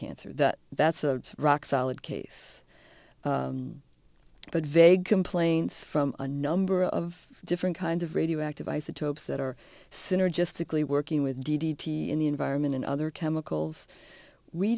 cancer that that's a rock solid case but vague complaints from a number of different kinds of radioactive isotopes that are synergistically working with d d t in the environment and other chemicals we